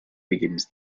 begins